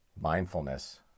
Mindfulness